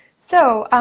so,